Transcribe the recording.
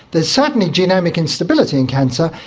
there is certainly genomic instability in cancer.